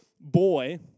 boy